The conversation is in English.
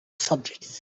subject